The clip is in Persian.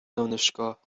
دانشگاه